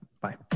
Bye